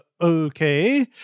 okay